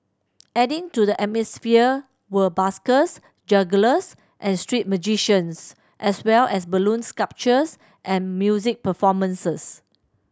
adding to the atmosphere were buskers jugglers and street magicians as well as balloon sculptures and music performances